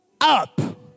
up